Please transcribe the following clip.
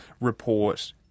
report